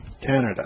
Canada